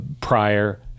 prior